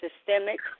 systemic